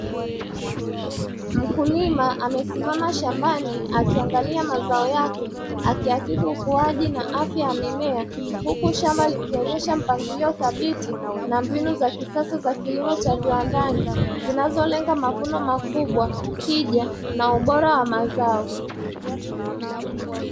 Mkulima amesimama shambani akiangalia mazao yake akihakiki ukuaji na afya ya mimea huku shamba likionesha mpangilio thabiti na kilimo Cha kisasa Cha viwandani zinazolenya mavuno makubwa, tija na unora wa mazao.